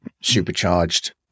supercharged